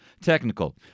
Technical